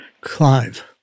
Clive